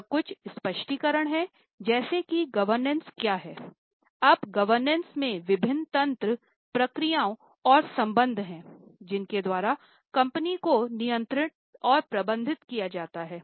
यह कुछ स्पष्टीकरण हैं जैसे कि गवर्नेंस में विभिन्न तंत्र प्रक्रियाओं और संबंध हैं जिनके द्वारा कंपनी को नियंत्रित और प्रबंधित किया जाता है